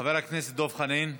חבר הכנסת דב חנין,